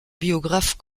biographe